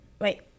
wait